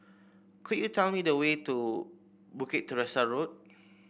could you tell me the way to Bukit Teresa Road